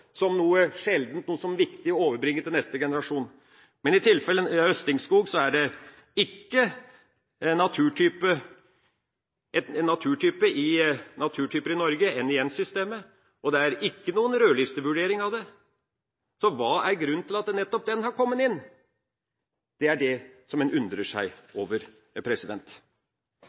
som noe sjeldent, noe som er viktig å overbringe til neste generasjon. Men tilfellet høstingsskog er ikke en naturtype i Norge, i NiN-stystemet, og det er ikke noe rødlistevurdering av det. Så hva er grunnen til at nettopp den er kommet inn? Det er det en undrer seg over.